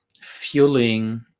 fueling